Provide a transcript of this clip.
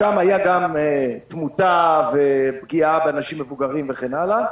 שם הייתה גם תמותה ופגיעה באנשים מבוגרים וכן הלאה,